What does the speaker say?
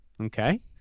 okay